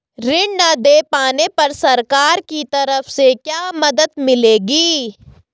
ऋण न दें पाने पर सरकार की तरफ से क्या मदद मिलेगी?